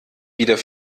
wieder